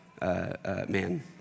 man